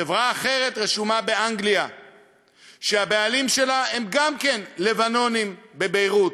חברה אחרת, שהבעלים שלה הם גם כן לבנונים מביירות,